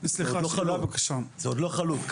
זה עוד לא חלוט.